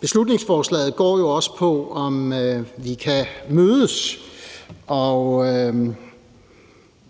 beslutningsforslaget går jo også på, om vi kan mødes, og